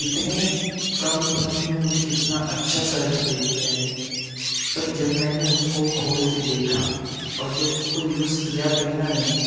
इतने कम कीमत में मुझे कितना अच्छा शर्ट दे दिया है पर जब मैंने उसको खोल के देखा और जब उसको यूज़ किया पहना मैंने